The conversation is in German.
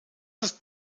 ist